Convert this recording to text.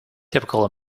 typical